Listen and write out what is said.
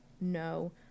no